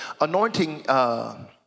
Anointing